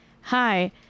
Hi